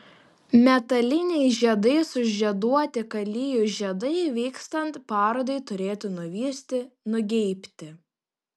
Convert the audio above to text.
metaliniais žiedais sužieduoti kalijų žiedai vykstant parodai turėtų nuvysti nugeibti